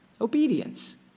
obedience